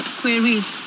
queries